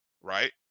Right